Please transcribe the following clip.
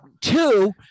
Two